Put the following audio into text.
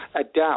adapt